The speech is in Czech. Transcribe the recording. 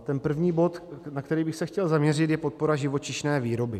Ten první bod, na který bych se chtěl zaměřit, je podpora živočišné výroby.